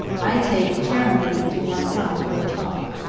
i take chuar'ruumpeak to one side for a talk.